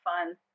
fun